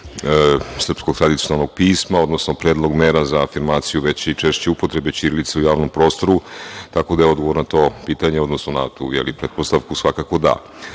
srpskog tradicionalnog pisma, odnosno predlog mera za afirmaciju veće i češće upotrebe ćirilice u javnom prostoru, tako da je odgovor na to pitanje, odnosno na tu pretpostavku, svakako da. Što